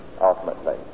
ultimately